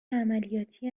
عملیاتی